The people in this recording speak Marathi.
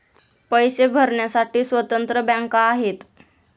पैसे भरण्यासाठी स्वतंत्र बँका आहेत